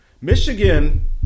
Michigan